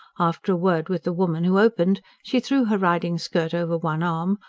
after a word with the woman who opened, she threw her riding-skirt over one arm,